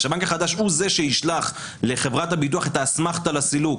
הוא זה שישלח לחברת הביטוח את האסמכתה על הסילוק,